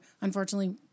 unfortunately